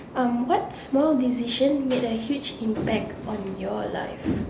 um what small decision made a huge impact on your life